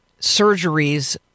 surgeries